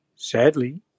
Sadly